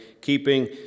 keeping